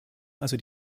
also